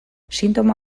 sintoma